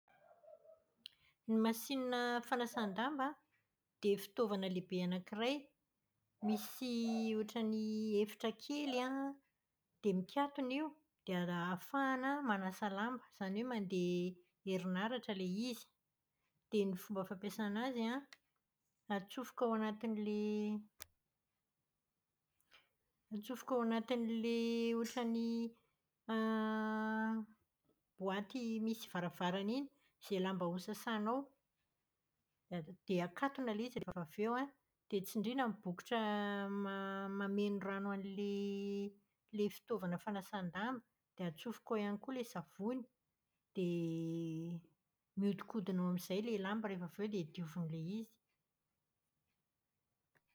Ny masinina fanasàn-damba an, dia fitaovana lehibe anakiray. Misy ohatran'ny efitra kely an dia mikatona io dia ahafahana manasa lamba. Izany hoe mandeha herinaratra ilay izy. Dia ny fomba fampiasàna azy an, atsofoka ao anatin'ilay atsofoka ao anatin'ilay ohatran'ny misy varavarana iny izay lamba hosasanao. Dia akatona ilay izy rehefa avy eo an dia tsindrina ny bokotra ma- mameno rano an'ilay ilay fitaovana fanasan-damba dia atsofoka ao koa ilay savony. Dia mihodinkodina ao amin'izay ilay lamba rehefa avy eo dia diovin'ilay izy.